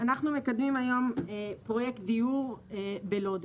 אנחנו מקדמים היום פרויקט דיור בלוד.